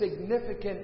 significant